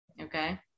Okay